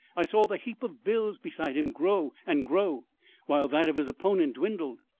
i saw the heap of bills beside him grow and grow while that of his opponent dwindled.